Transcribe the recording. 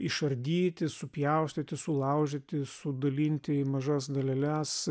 išardyti supjaustyti sulaužyti sudalinti į mažas daleles